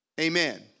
Amen